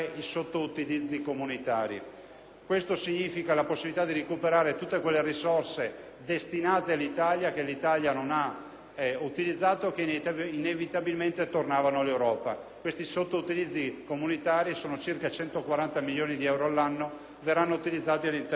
Questo significa la possibilità di recuperare tutte quelle risorse destinate all'Italia che il nostro Paese non ha utilizzato e che inevitabilmente tornavano all'Europa. Questi sottoutilizzi comunitari ammontano a circa 140 milioni di euro all'anno e verranno impiegati all'interno dell'articolo 68.